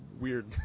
weird